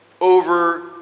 over